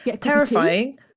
terrifying